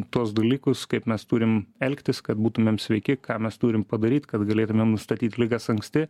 tuos dalykus kaip mes turim elgtis kad būtumėm sveiki ką mes turim padaryt kad galėtumėm nustatyt ligas anksti